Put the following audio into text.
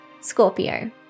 Scorpio